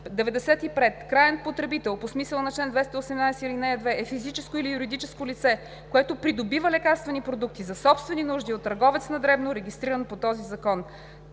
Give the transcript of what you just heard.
95. „Краен потребител“ по смисъла на чл. 218, ал. 2 е физическо или юридическо лице, което придобива лекарствени продукти за собствени нужди от търговец на дребно регистриран по този закон.